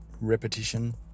repetition